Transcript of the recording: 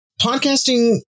podcasting